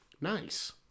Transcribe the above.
nice